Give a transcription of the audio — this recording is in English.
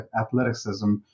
athleticism